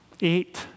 eight